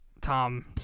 Tom